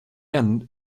end